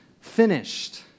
finished